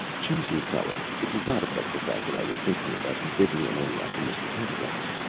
choose your color. it does not affect the fact that i was thinking about the bibliomaniac and mr. pedagog.